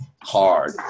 hard